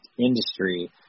industry